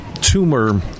Tumor